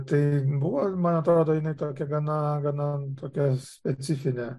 tai buvo man atrodo jinai tokia gana gana tokia specifinė